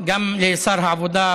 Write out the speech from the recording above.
גם לשר העבודה,